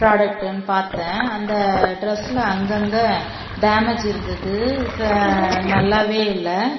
ப்ராடெக்ட்டுன்னு பார்த்தேன் அந்த டிரெஸ்ஸில் அங்கே அங்கே டேமேஜ்ஜு இருந்தது ச நல்லாவே இல்லை